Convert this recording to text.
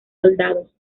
soldados